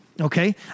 okay